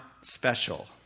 special